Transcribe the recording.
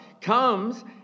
comes